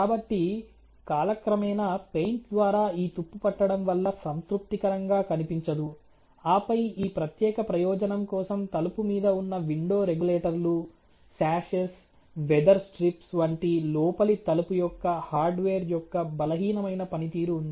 కాబట్టి కాలక్రమేణా పెయింట్ ద్వారా ఈ తుప్పు పట్టడం వల్ల సంతృప్తికరంగా కనిపించదు ఆపై ఈ ప్రత్యేక ప్రయోజనం కోసం తలుపు మీద ఉన్న విండో రెగ్యులేటర్లు సాషెస్ వెదర్ స్ట్రిప్స్ వంటి లోపలి తలుపు యొక్క హార్డ్వేర్ యొక్క బలహీనమైన పనితీరు ఉంది